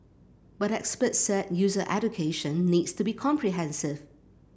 but experts said user education needs to be comprehensive